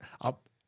up